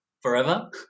forever